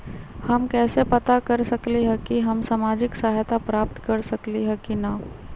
हम कैसे पता कर सकली ह की हम सामाजिक सहायता प्राप्त कर सकली ह की न?